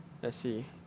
let's see